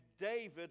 David